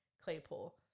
Claypool